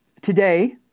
today